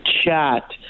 chat